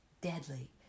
deadly